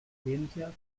lebensjahr